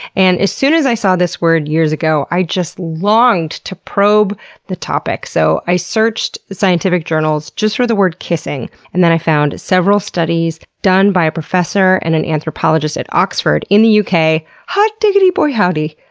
and as soon as i saw this word years ago, i just longed to probe the topic. so i searched scientific journals just for the word kissing and then i found several studies done by a professor and and anthropologist at oxford in the uk. hot diggity, boy howdy!